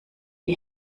die